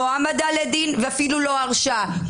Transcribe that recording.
לא העמדה לדין ולא הרשעה אפילו.